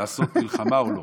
לעשות מלחמה או לא.